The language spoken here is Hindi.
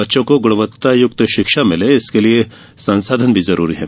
बच्चों को गुणवत्तायुक्त शिक्षा मिले इसके लिये संसाधन भी जरूरी हैं